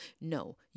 No